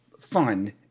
fun